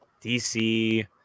DC